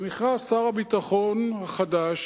ונכנס שר הביטחון החדש,